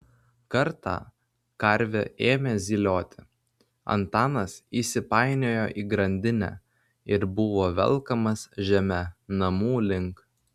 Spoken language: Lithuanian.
kartą karvė ėmė zylioti antanas įsipainiojo į grandinę ir buvo velkamas žeme namų link